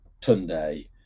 Tunde